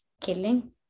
killing